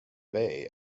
bay